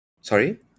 Sorry